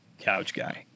COUCHGUY